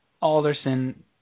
Alderson